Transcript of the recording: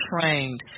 trained